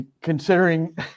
considering